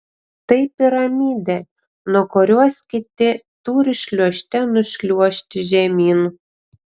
tai piramidė nuo kurios kiti turi šliuožte nušliuožti žemyn